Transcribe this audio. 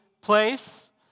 place